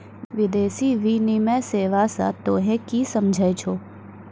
विदेशी विनिमय सेवा स तोहें कि समझै छौ